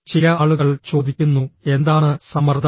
ചില ആളുകൾ ചോദിക്കുന്നു എന്താണ് സമ്മർദ്ദം